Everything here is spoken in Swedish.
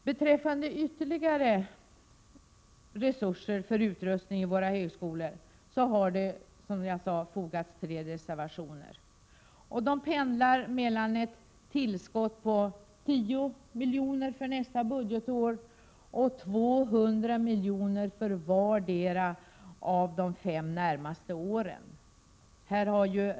Beträffande ytterligare resurser för utrustning i högskolorna har det alltså fogats tre reservationer till betänkandet, och de pendlar mellan ett tillskott på 10 miljoner för nästa budgetår och 200 miljoner för vartdera av de närmaste fem åren.